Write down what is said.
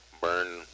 burn